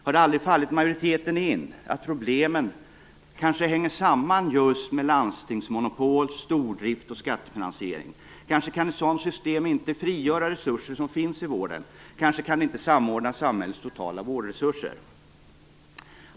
Har det aldrig fallit majoriteten in att problemen kanske hänger samman just med landstingsmonopol, stordrift och skattefinansiering? Kanske kan ett sådant system inte frigöra resurser som finns i vården, kanske kan det inte samordna samhällets totala vårdresurser?